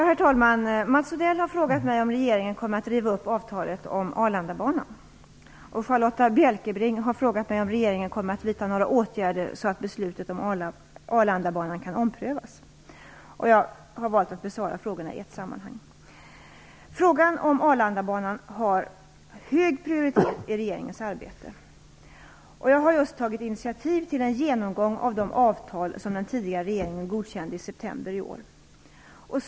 Herr talman! Mats Odell har frågat mig om regeringen kommer att riva upp avtalet om Charlotta L Bjälkebring har frågat mig om regeringen kommer att vidta några åtgärder så att beslutet om Arlandabanan kan omprövas. Jag har valt att besvara frågorna i ett sammanhang. Frågan om Arlandabanan har hög prioritet i regeringens arbete. Jag har just tagit initiativ till en genomgång av de avtal som den tidigare regeringen godkände i september i år.